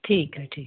ठीक है ठीक है